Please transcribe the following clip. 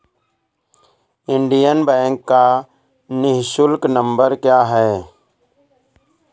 Indian bank का निःशुल्क number क्या है?